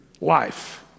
life